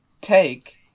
take